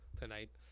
tonight